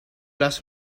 las